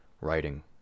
writing